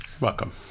Welcome